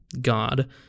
God